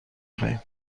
خواهیم